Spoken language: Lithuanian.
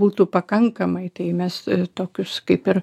būtų pakankamai tai mes tokius kaip ir